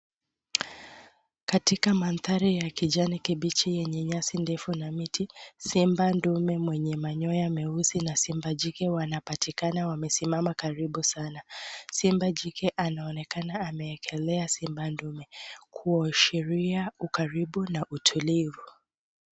Katika mandhari ya kijani kibichi yenye nyasi ndefu na miti; simba dume mwenye manyoya meusi na simba jike wanapatikana wamesimama karibu sana. Simba jike anaonekana ameekelea simba dume, kuashiria ukaribu na utulivu.